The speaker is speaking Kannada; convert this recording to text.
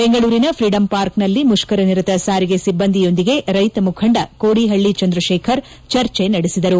ಬೆಂಗಳೂರಿನ ಫ್ರೀಡಂ ಪಾರ್ಕ್ನಲ್ಲಿ ಮುಷ್ಕರ ನಿರತ ಸಾರಿಗೆ ಸಿಬ್ಬಂದಿಯೊಂದಿಗೆ ರೈತ ಮುಖಂಡ ಕೋಡಿಹಳ್ಳಿ ಚಂದ್ರಶೇಖರ್ ಚರ್ಚೆ ನಡೆಸಿದರು